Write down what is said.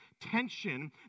tension